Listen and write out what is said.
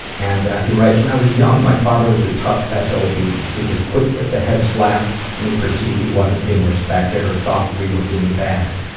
and he writes, when i was young, my father was a tough ah so sob. he was quick with the head slap when he perceived he wasn't being respected or thought we were being bad.